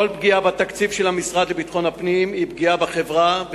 כל פגיעה בתקציב המשרד לביטחון הפנים היא פגיעה בחברה,